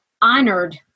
honored